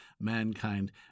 mankind